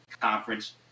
conference